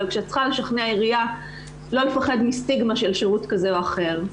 אבל כשאת מנסה לשכנע עירייה לא לפחד מסטיגמה של שירות כזה או אחר,